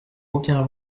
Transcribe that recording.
aucun